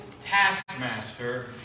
taskmaster